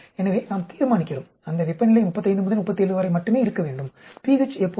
எனவே நாம் தீர்மானிக்கிறோம் அந்த வெப்பநிலை 35 முதல் 37 வரை மட்டுமே இருக்க வேண்டும் pH எப்போதும் இருக்க வேண்டும்